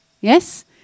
Yes